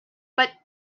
but